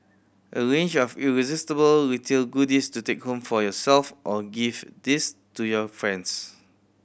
a range of irresistible retail goodies to take home for yourself or gift these to your friends